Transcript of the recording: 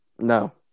No